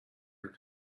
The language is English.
her